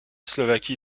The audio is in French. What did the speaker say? slovaquie